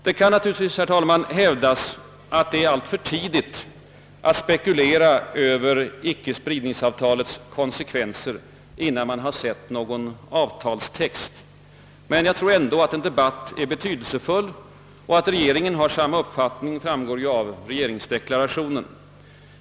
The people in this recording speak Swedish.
Det kan naturligtvis, herr talman, hävdas att det är alltför tidigt att spekulera över icke-spridningsavtalets konsekvenser innan man har sett avtalstexten, men jag tror ändå att en debatt härom är betydelsefull. Att regeringen har samma uppfattning framgår ju av regeringsdeklarationen.